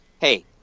hey